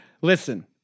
Listen